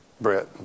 Brett